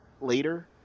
later